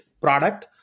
product